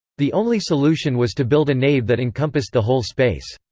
the only solution was to build a nave that encompassed the whole space.